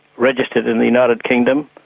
registered in the united kingdom,